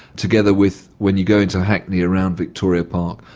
together with, when you go into hackney around victoria park,